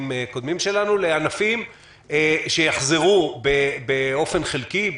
קודמים שלנו לענפים שיחזרו באופן חלקי,